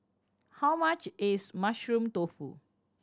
how much is Mushroom Tofu